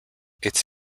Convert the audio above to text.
its